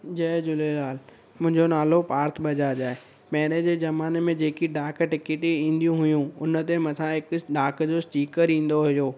जय झूलेलाल मुंहिंजो नालो पार्थ बजाज आहे पहिरें जे ज़माने में जेकी डाक टिकिट ईंदियूं हुयूं उनते मथां हिक डाक जो स्टीकर ईंदो हुओ